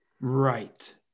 Right